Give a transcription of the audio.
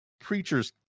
preacher's